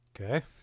Okay